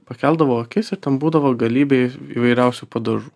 pakeldavau akis ir ten būdavo galybė įvairiausių padažų